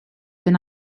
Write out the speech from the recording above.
been